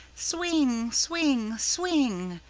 swing! swing! swing!